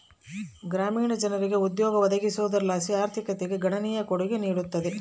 ಗ್ರಾಮೀಣ ಜನರಿಗೆ ಉದ್ಯೋಗ ಒದಗಿಸೋದರ್ಲಾಸಿ ಆರ್ಥಿಕತೆಗೆ ಗಣನೀಯ ಕೊಡುಗೆ ನೀಡುತ್ತದೆ